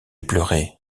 pleuré